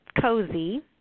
cozy